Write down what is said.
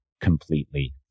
completely